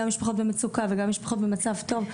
משפחות במצוקה וגם משפחות שהמצב שלהן הוא מצב טוב,